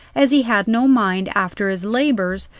as he had no mind, after his labours,